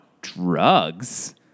drugs